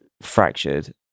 fractured